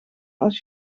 als